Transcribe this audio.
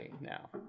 now